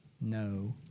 no